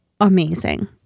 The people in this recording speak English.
amazing